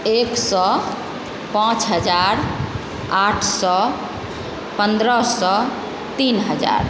एक सए पाँच हजार आठ सए पन्द्रह सए तीन हजार